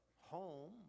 home